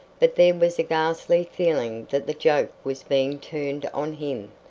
but there was a ghastly feeling that the joke was being turned on him.